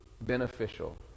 beneficial